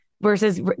versus